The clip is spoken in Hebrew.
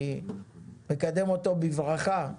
אני מקדם אותו בברכה,